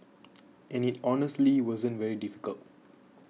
and it honestly wasn't very difficult